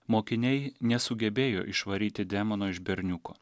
mokiniai nesugebėjo išvaryti demono iš berniuko